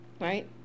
Right